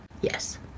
yes